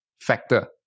factor